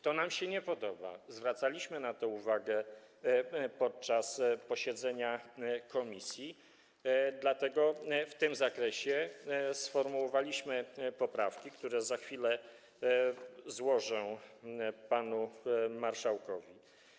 To nam się nie podoba, zwracaliśmy na to uwagę podczas posiedzenia komisji, dlatego w tym zakresie sformułowaliśmy poprawki, które za chwilę złożę panu marszałkowi.